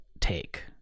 take